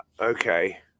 okay